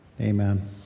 Amen